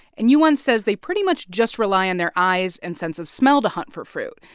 and johan says they pretty much just rely on their eyes and sense of smell to hunt for fruit.